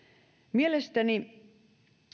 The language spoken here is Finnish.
mielestäni